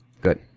Good